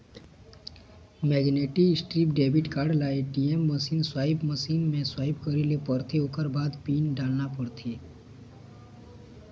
magnetic strip debit card ल ATM machine, swipe machine म swipe करे ल परथे ओखर बाद म पिन डालना परथे